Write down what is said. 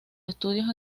estudios